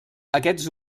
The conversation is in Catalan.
aquests